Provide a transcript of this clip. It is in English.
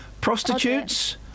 Prostitutes